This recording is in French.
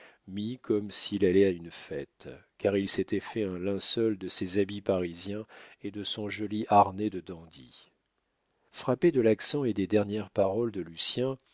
mis comme s'il allait à une fête car il s'était fait un linceul de ses habits parisiens et de son joli harnais de dandy frappé de l'accent et des dernières paroles de lucien